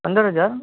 પંદર હજાર